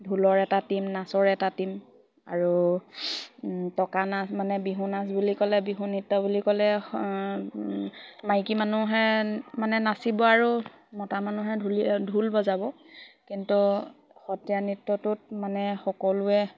ঢোলৰ এটা টীম নাচৰ এটা টীম আৰু টকা নাচ মানে বিহু নাচ বুলি ক'লে বিহু নৃত্য বুলি ক'লে মাইকী মানুহে মানে নাচিব আৰু মতা মানুহে ঢল ঢোল বজাব কিন্তু সত্ৰীয়া নৃত্যটোত মানে সকলোৱে